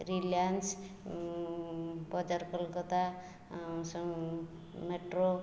Reliance ବଜାର Kolkata metro